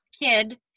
kid